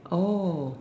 oh